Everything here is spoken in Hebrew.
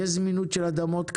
יש זמינות של אדמות כאלה.